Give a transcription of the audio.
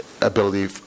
ability